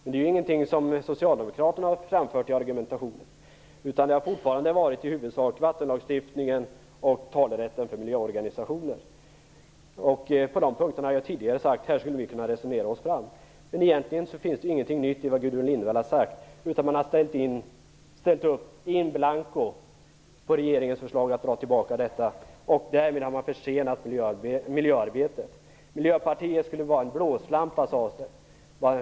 Det är inte någonting som Socialdemokraterna har framfört i argumentationen, utan det har fortfarande i huvudsak varit fråga om vattenlagstiftningen och talerätten för miljöorganisationer. Jag har tidigare sagt att vi skulle kunna resonera oss fram på de punkterna. Egentligen finns det ingenting nytt i det Gudrun Lindvall har sagt. Miljöpartiet har ställt upp in blanco på regeringens förslag att dra tillbaka detta förslag. Därmed har man försenat miljöarbetet. Det sades att Miljöpartiet skulle vara en blåslampa.